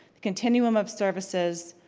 continuum of services,